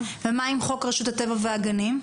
ומה עם חוק רשות הטבע והגנים?